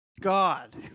god